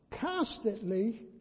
Constantly